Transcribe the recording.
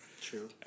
True